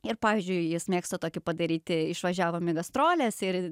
ir pavyzdžiui jis mėgsta tokį padaryti išvažiavom į gastroles ir